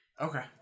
Okay